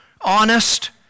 honest